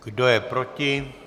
Kdo je proti?